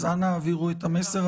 אז אנא העבירו את המסר.